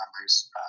members